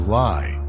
lie